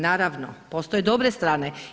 Naravno, postoje dobre strane.